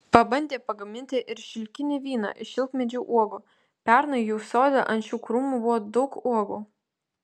pabandė pagaminti ir šilkinį vyną iš šilkmedžių uogų pernai jų sode ant šių krūmų buvo daug uogų